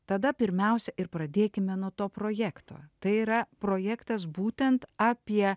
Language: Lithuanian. tada pirmiausia ir pradėkime nuo to projekto tai yra projektas būtent apie